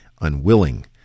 unwilling